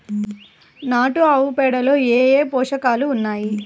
నాటు ఆవుపేడలో ఏ ఏ పోషకాలు ఉన్నాయి?